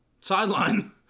Sideline